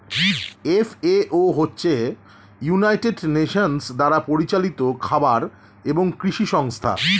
FAO হচ্ছে United Nations দ্বারা পরিচালিত খাবার এবং কৃষি সংস্থা